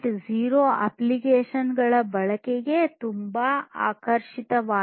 0 ಅಪ್ಲಿಕೇಶನ್ಗಳ ಬಳಕೆಗೆ ತುಂಬಾ ಆಕರ್ಷಕವಾಗಿವೆ